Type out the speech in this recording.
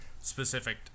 specific